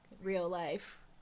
real-life